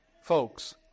Folks